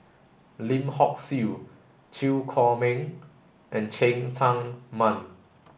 Lim Hock Siew Chew Chor Meng and Cheng Tsang Man